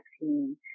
vaccine